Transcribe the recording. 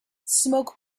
smoke